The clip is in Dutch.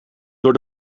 door